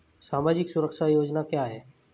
सामाजिक सुरक्षा योजना क्या है?